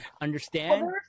understand